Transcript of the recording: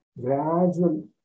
gradual